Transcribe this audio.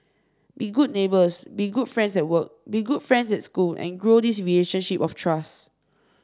be good neighbours be good friends at work be good friends at school and grow this relationship of trust